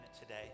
today